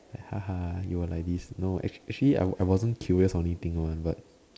haha you were like this no ac~ actually I wasn't curious or anything one but